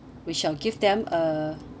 we shall give them a